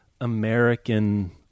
American